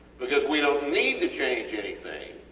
because we dont need to change anything